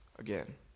again